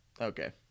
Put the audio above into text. Okay